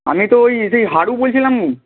আমি তো ওই সেই হারু বলছিলাম